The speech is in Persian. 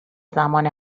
زمان